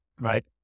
right